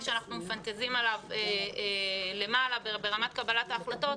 שאנחנו מפנטזים עליו למעלה ברמת קבלת ההחלטות,